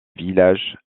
village